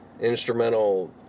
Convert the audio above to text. Instrumental